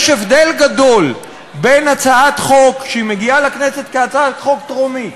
יש הבדל גדול בין הצעת חוק שמגיעה לכנסת כהצעת חוק טרומית,